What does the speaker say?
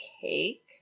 cake